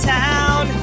town